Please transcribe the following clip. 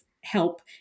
help